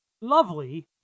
lovely